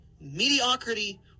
Mediocrity